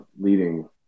leading